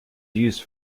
used